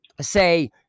say